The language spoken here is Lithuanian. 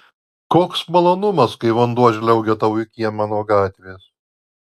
koks malonumas kai vanduo žliaugia tau į kiemą nuo gatvės